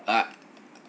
like